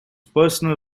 personal